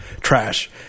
trash